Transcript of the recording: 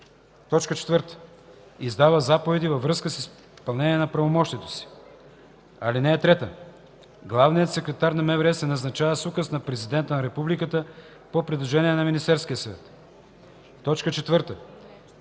4. издава заповеди във връзка с изпълнението на правомощията си. (3) Главният секретар на МВР се назначава с указ на президента на републиката по предложение на Министерския съвет. (4)